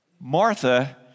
Martha